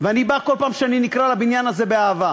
ואני בא בכל פעם שאני נקרא לבניין הזה באהבה,